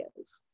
videos